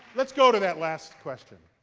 let's go to that last question.